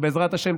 בעזרת השם,